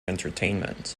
entertainment